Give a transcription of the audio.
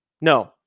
No